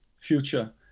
future